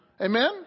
Amen